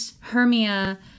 Hermia